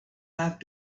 have